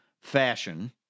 fashion